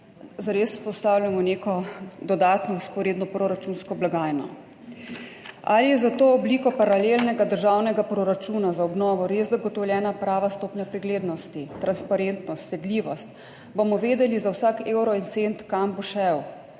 zares vzpostavljamo neko dodatno vzporedno proračunsko blagajno. Ali je za to obliko paralelnega državnega proračuna za obnovo res zagotovljena prava stopnja preglednosti, transparentnost, sledljivost, bomo vedeli za vsak evro in cent, kam bo šel,